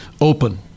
open